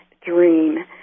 dream